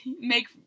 make